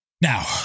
now